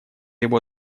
его